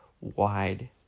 wide